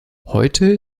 heute